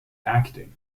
acting